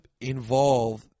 involve